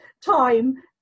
time